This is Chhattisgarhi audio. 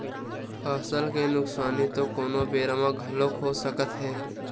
फसल के नुकसानी तो कोनो बेरा म घलोक हो सकत हे